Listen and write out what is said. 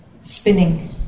spinning